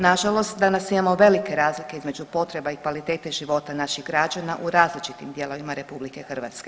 Nažalost danas imamo velike razlike između potreba i kvalitete života naših građana u različitim dijelovima RH.